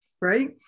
right